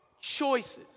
Choices